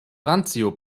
randzio